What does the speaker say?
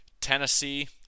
Tennessee